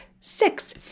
Six